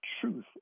truth